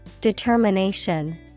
Determination